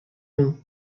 nom